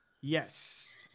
Yes